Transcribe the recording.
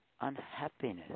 unhappiness